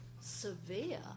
severe